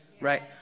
Right